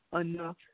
enough